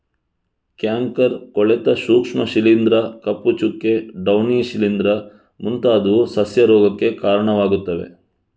canker, ಕೊಳೆತ ಸೂಕ್ಷ್ಮ ಶಿಲೀಂಧ್ರ, ಕಪ್ಪು ಚುಕ್ಕೆ, ಡೌನಿ ಶಿಲೀಂಧ್ರ ಮುಂತಾದವು ಸಸ್ಯ ರೋಗಕ್ಕೆ ಕಾರಣವಾಗುತ್ತವೆ